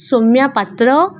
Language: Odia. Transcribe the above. ସୌମ୍ୟା ପାତ୍ର